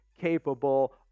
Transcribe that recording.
capable